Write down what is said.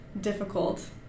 difficult